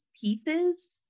pieces